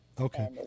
Okay